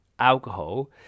alcohol